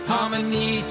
Harmony